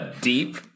deep